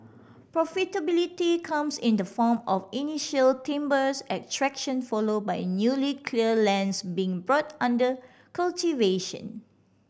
profitability comes in the form of initial timbers extraction followed by newly cleared lands being brought under cultivation